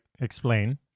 explain